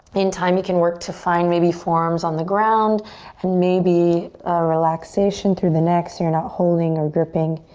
in time you can work to find maybe forearms on the ground and maybe a relaxation through the neck so you're not holding or gripping.